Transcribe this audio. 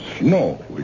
no